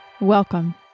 Welcome